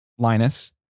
Linus